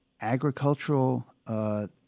agricultural